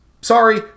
Sorry